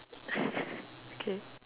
okay